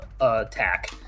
attack